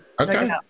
Okay